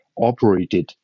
operated